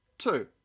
two